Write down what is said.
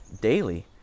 daily